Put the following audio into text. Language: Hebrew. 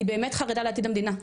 אני באמת חרדה לעתיד המדינה,